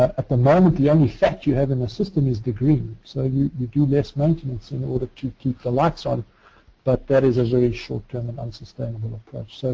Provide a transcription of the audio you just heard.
at the moment the only fact you have in the system is the green. so you you do less maintenance in order to keep the lights on but that is is a very short term and unsustainable approach.